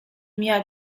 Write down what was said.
miała